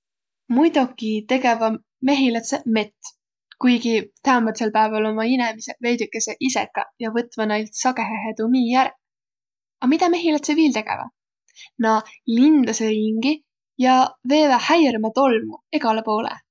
Muidoki tegeväq mehilädse mett. Kuiki täämbädsel pääväl ommaq inemiseq veidükese isekaq ja võtvaq näilt sagõhõhe tuu mii ärq. A midä mehilädseq viil tegeväq? Nä lindasõq ringi ja veeväq häiermätolmu egäle poolõ.